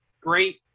great